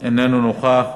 אינו נוכח,